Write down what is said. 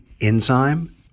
enzyme